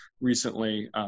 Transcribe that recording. recently